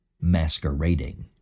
masquerading